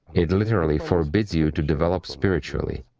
it literally forbids you to develop spiritually,